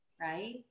Right